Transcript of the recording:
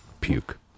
puke